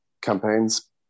campaigns